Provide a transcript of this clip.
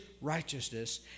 righteousness